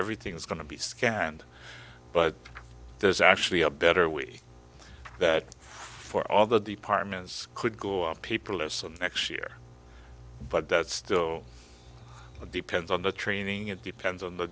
everything is going to be scanned but there's actually a better way that for other departments could go up people or so next year but that's still a depends on the training it depends on the